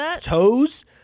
toes